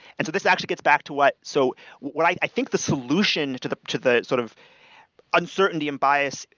and this actually gets back to what so what i think the solution to the to the sort of uncertainty and bias,